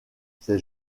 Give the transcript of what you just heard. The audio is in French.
c’est